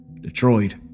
Detroit